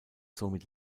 somit